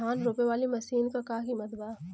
धान रोपे वाली मशीन क का कीमत बा?